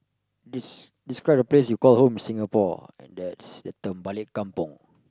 des~ describe the place you call home Singapore and that's the term balik kampung